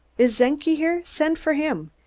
iss czenki here? send for him.